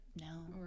No